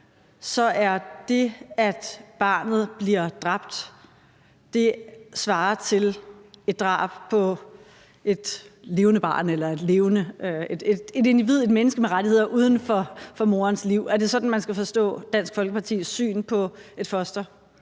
i 8. uge og barnet bliver dræbt, svarer det til et drab på et individ, et menneske med rettigheder uden for moderens livmoder. Er det sådan, man skal forstå Dansk Folkepartis syn på et foster?